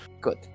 Good